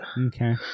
Okay